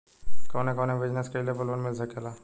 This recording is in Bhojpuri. कवने कवने बिजनेस कइले पर लोन मिल सकेला?